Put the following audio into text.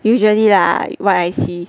usually lah what I see